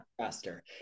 faster